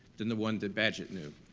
than the one that bagehot knew.